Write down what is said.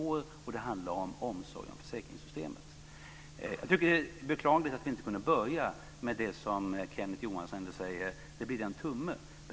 Jag tycker att det är beklagligt att vi inte kunde börja med det som Kenneth Johansson kallar en tumme.